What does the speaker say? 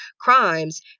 crimes